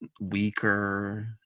weaker